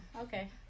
okay